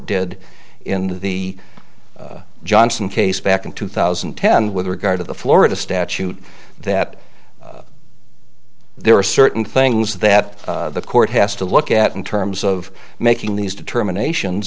did in the johnson case back in two thousand and ten with regard to the florida statute that there are certain things that the court has to look at in terms of making these determinations